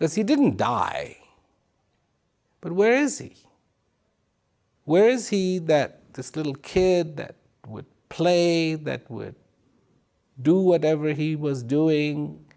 there's he didn't die but where is he where is he that this little kid that would play that would do whatever he was doing